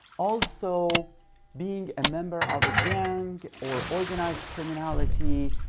also being a member of a gang or organized criminality.